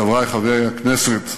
חברי חברי הכנסת,